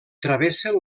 travessen